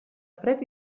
fred